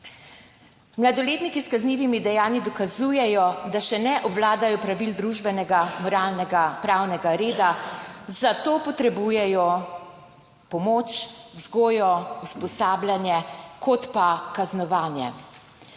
Mladoletniki s kaznivimi dejanji dokazujejo, da še ne obvladajo pravil družbenega, moralnega pravnega reda, zato bolj potrebujejo pomoč, vzgojo, usposabljanje kot pa kaznovanje.